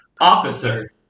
Officer